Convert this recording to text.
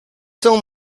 film